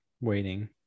waiting